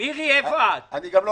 מבחינת הריביות, ברגע שאתה